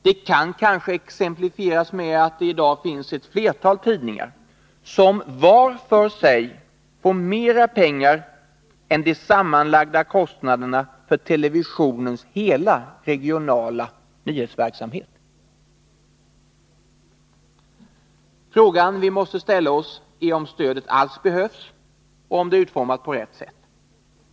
Det kan kanske exemplifieras med att det i dag finns flera tidningar som var för sig får mera pengar än televisionens hela regionala nyhetsverksamhet får totalt. Frågan vi måste ställa oss är om stödet alls behövs och om det är utformat på rätt sätt.